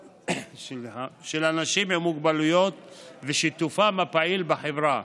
של אנשים עם מוגבלויות ושיתופם הפעיל בחברה.